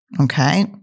Okay